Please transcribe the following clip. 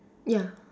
ya